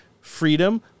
freedom